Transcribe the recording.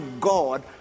God